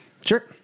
Sure